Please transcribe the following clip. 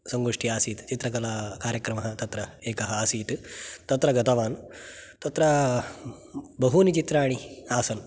सङ्गोष्ठी आसीत् चित्रकलाकार्यक्रमः तत्र एकः आसीत् तत्र गतवान् तत्र बहूनि चित्राणि आसन्